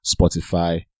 Spotify